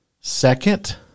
second